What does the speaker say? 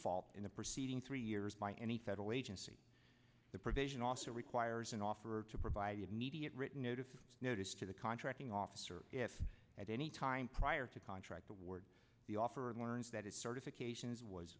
default in the preceding three years by any federal agency the provision also requires an offer to provide immediate written notice notice to the contracting officer if at any time prior to contract the word the offer and learns that his certifications was